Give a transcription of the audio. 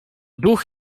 duch